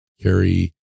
carry